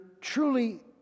truly